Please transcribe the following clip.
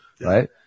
Right